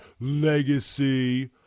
legacy